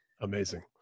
amazing